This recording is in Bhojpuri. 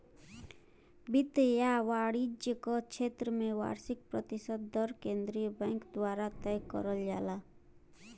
वित्त या वाणिज्य क क्षेत्र में वार्षिक प्रतिशत दर केंद्रीय बैंक द्वारा तय करल जाला